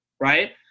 right